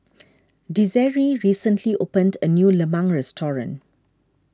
Desiree recently opened a new Lemang restaurant